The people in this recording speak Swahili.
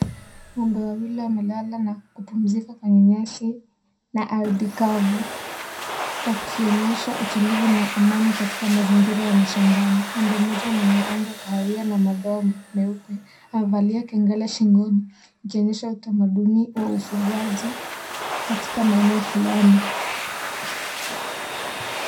Ng'ombe wawili wamelala na kupumzika kwenye nyasi na ardhi kavu, wakionyesha utulivu na amani katika mazingira ya mashambani, ng'ombe mmoja mwenye rangi ya kahawia na madoa meupe amevalia kengele shingoni ikionyesha utamaduni wa ufugaji katika maeneo fulani.